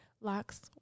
locks